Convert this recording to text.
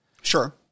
Sure